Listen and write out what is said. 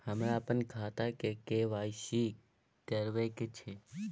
हमरा अपन खाता के के.वाई.सी करबैक छै